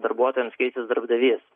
darbuotojams keisis darbdavys